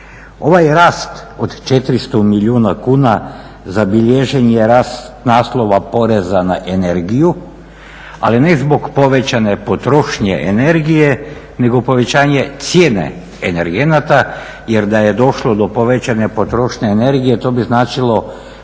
Ovaj rast od 400 milijuna kuna zabilježen je rast naslova poreza na energiju, ali ne zbog povećane potrošnje energije nego povećanje cijene energenata jer da je došlo do povećane potrošnje energije to bi značilo da je